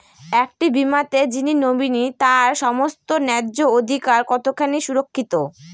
একটি বীমাতে যিনি নমিনি তার সমস্ত ন্যায্য অধিকার কতখানি সুরক্ষিত?